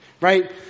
right